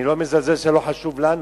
אני לא מזלזל שזה לא חשוב לנו,